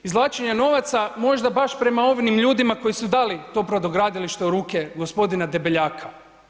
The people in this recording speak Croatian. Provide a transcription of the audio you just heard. Izvlačenja novaca možda baš prema onim ljudima koji su dali to brodogradilište u ruke gospodina Debeljaka.